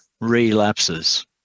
relapses